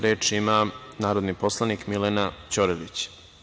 Reč ima narodni poslanik Milena Ćorilić.